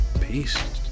Peace